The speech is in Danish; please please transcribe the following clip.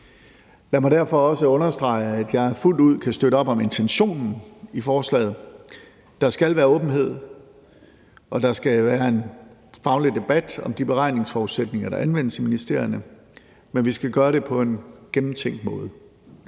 Lad mig derfor også understrege, at jeg fuldt ud kan støtte op om intentionen i forslaget. Der skal være åbenhed, og der skal være en faglig debat om de beregningsforudsætninger, der anvendes i ministerierne, men vi skal gøre det på en gennemtænkt måde.